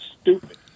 stupid